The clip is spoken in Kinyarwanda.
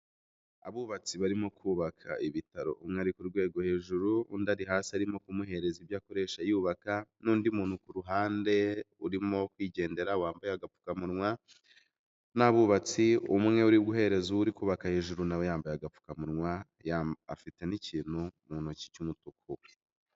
Abubatsi barimo kubaka ibitaro umwe ari ku rwego hejuru undi ari hasi arimo kumuhereza ibyo akoresha yubaka n'undi muntu ku ruhande urimo kwigendera wambaye agapfukamuwa, n'abubatsi umwe uri guhereza uri kubaka hejuru nawe yambaye agapfukamunwa, afite n'ikintu mu ntoki cy'umutuku.